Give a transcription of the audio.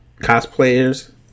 cosplayers